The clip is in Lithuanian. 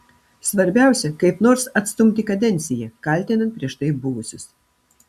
svarbiausia kaip nors atstumti kadenciją kaltinant prieš tai buvusius